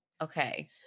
Okay